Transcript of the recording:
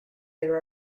there